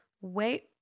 wait